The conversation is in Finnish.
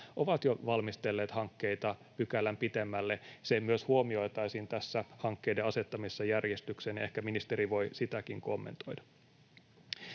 ovat jo valmistelleet hankkeita pykälän pitemmälle, myös huomioitaisiin tässä hankkeiden asettamisessa järjestykseen. Ehkä ministeri voi sitäkin kommentoida.